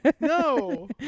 no